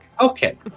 Okay